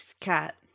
cat